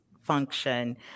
function